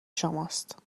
شماست